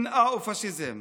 שנאה ופשיזם,